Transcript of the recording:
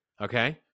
okay